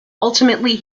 ultimately